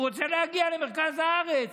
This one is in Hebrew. והוא רוצה להגיע למרכז הארץ,